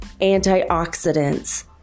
antioxidants